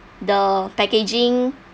the packaging